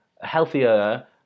healthier